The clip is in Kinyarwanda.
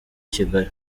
kigali